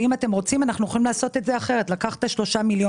אם אתם רוצים אנחנו יכולים לעשות את זה אחרת לקחת את סך כל ה-3%,